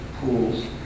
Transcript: pools